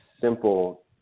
simple